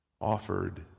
offered